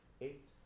Eight